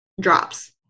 drops